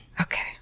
Okay